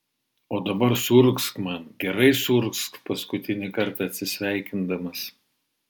o dabar suurgzk man gerai suurgzk paskutinį kartą atsisveikindamas